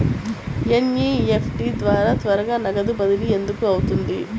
NEFT ద్వారా త్వరగా నగదు బదిలీ ఎందుకు అవుతుంది?